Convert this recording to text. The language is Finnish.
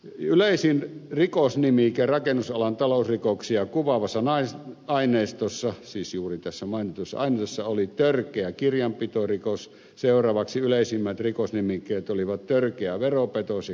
yleisin rikosnimike rakennusalan talousrikoksia kuvaavassa aineistossa siis juuri tässä mainitussa aineistossa oli törkeä kirjanpitorikos seuraavaksi yleisimmät rikosnimikkeet olivat törkeä veropetos ja kirjanpitorikos